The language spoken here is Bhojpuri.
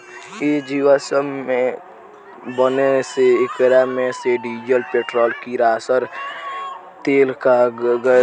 इ जीवाश्म के बने से एकरा मे से डीजल, पेट्रोल, किरासन तेल आ गैस मिलेला